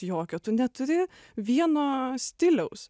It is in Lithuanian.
jokio tu neturi vieno stiliaus